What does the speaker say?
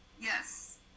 yes